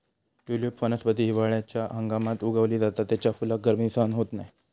tulip वनस्पती हिवाळ्याच्या हंगामात उगवली जाता त्याच्या फुलाक गर्मी सहन होत नाय